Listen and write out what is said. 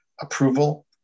approval